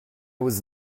was